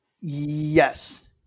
Yes